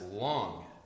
long